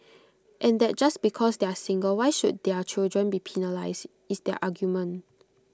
and that just because they are single why should their children be penalised is their argument